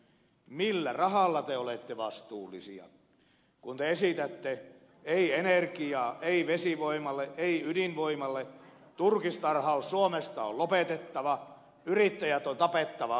millä rahalla te olette vastuullisia kun te esitätte ei energiaa ei vesivoimalle ei ydinvoimalle turkistarhaus suomesta on lopetettava yrittäjät on tapettava verolla